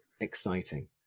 exciting